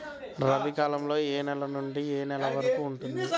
రబీ కాలం ఏ నెల నుండి ఏ నెల వరకు ఉంటుంది?